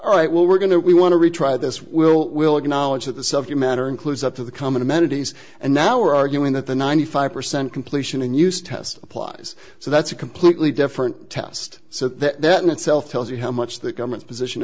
all right well we're going to we want to retry this we'll will acknowledge that the self you matter includes up to the common amenities and now we're arguing that the ninety five percent completion and use test applies so that's a completely different test so that in itself tells you how much the government's position